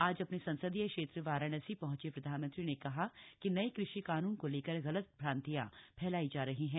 आज अपने संसदीय क्षेत्र वाराणसी पहंचे प्रधानमंत्री ने कहा कि नये कृषि कानून को लेकर गलत भ्रांतियां फैलाई जा रही हैं